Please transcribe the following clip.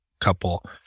couple